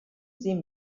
sie